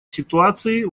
ситуации